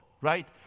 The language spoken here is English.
right